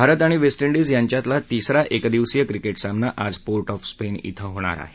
भारत आणि West Indies यांच्यातला तिसरा एकदिवशीय क्रिकेट सामना आज पोर्ट ऑफ स्पेन डि होणार आहे